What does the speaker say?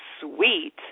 sweet